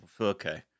Okay